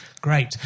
Great